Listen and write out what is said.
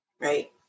right